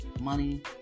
money